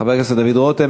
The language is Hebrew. חבר הכנסת דוד רותם.